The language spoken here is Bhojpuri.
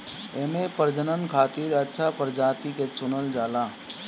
एमे प्रजनन खातिर अच्छा प्रजाति के चुनल जाला